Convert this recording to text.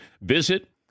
Visit